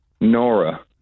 Nora